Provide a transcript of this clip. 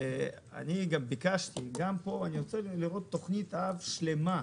גם פה ביקשתי לראות תכנית אב שלמה.